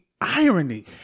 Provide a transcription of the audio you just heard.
irony